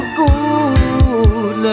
good